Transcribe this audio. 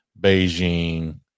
Beijing